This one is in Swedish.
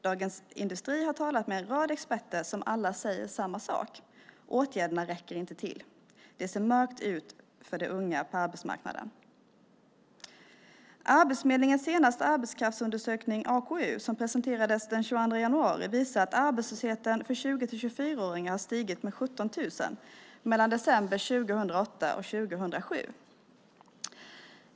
Dagens Industri har talat med en rad experter som alla säger samma sak: Åtgärderna räcker inte till. Det ser mörkt ut för de unga på arbetsmarknaden. Arbetsförmedlingens senaste arbetskraftsundersökning, AKU, som presenterades den 22 januari visar att arbetslösheten för 20-24-åringar har stigit med 17 000 mellan december 2007 och 2008.